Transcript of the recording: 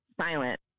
silent